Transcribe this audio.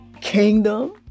kingdom